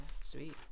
Sweet